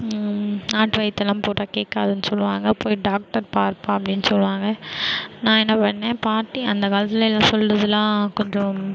நாட்டு வைத்தியம்லாம் போட்டால் கேக்காதுன்னு சொல்வாங்க போய் டாக்டர் பாருப்பா அப்டின்னு சொல்வாங்க நான் என்ன பண்ணேன் பாட்டி அந்த காலத்திலல்லாம் சொல்கிறதுலாம் கொஞ்சம்